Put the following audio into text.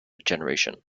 generation